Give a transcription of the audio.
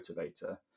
motivator